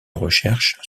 recherches